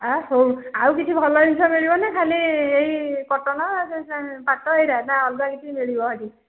ଆ ହଉ ଆଉ କିଛି ଭଲ ଜିନିଷ ମିଳିବନି ଖାଲି ଏଇ କଟନ ସେ ସା ପାଟ ଏଇଟା ନା ଅଲଗା କିଛି ମିଳିବ ଏଠି